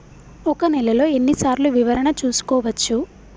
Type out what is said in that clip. ఒక నెలలో ఎన్ని సార్లు వివరణ చూసుకోవచ్చు?